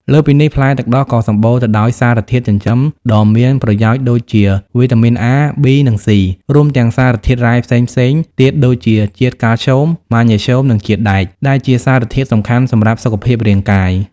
លើសពីនេះ ផ្លែទឹកដោះក៏សម្បូរទៅដោយសារធាតុចិញ្ចឹមដ៏មានប្រយោជន៍ដូចជាវីតាមីន A, B, និង C រួមទាំងសារធាតុរ៉ែផ្សេងៗទៀតដូចជាជាតិកាល់ស្យូម ម៉ាញ៉េស្យូម និងជាតិដែក ដែលជាសារធាតុសំខាន់សម្រាប់សុខភាពរាងកាយ។